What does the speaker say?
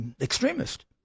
extremist